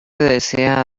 desea